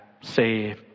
Say